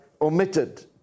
omitted